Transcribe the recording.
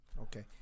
Okay